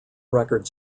record